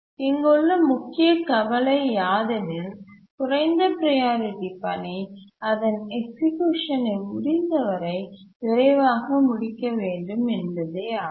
இங்குள்ள முக்கிய கவலை யாதெனில் குறைந்த ப்ரையாரிட்டி பணி அதன் எக்சிக்யூஷன் ஐ முடிந்தவரை விரைவாக முடிக்க வேண்டும் என்பதே ஆகும்